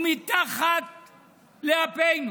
ומתחת לאפנו,